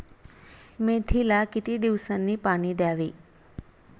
मेथीला किती दिवसांनी पाणी द्यावे?